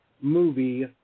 movie